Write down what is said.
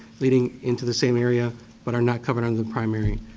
leading into the same area but are not covered in the primary.